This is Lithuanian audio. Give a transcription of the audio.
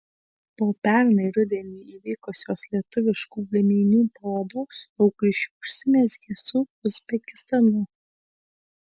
po pernai rudenį įvykusios lietuviškų gaminių parodos daug ryšių užsimezgė su uzbekistanu